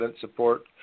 support